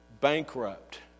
bankrupt